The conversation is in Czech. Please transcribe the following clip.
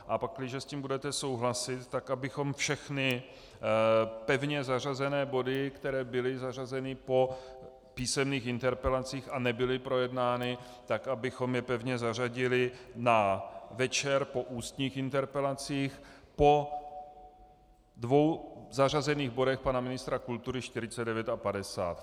A pakliže s tím budete souhlasit, tak abychom všechny pevně zařazené body, které byly zařazeny po písemných interpelacích a nebyly projednány, abychom je pevně zařadili na večer po ústních interpelacích po dvou zařazených bodech pana ministra kultury 49 a 50.